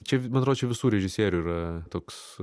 čia man atrodo čia visų režisierių yra toks